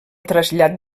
trasllat